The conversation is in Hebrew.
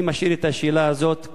אני משאיר את השאלה הזאת ככה,